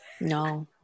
No